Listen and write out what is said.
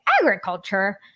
agriculture